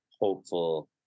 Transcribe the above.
hopeful